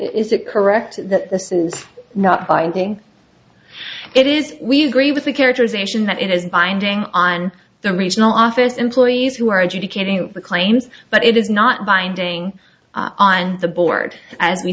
it correct that this is not binding it is we agree with the characterization that it is binding on the regional office employees who are educating the claims but it is not binding on the board as we